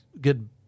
good